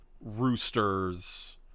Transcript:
Rooster's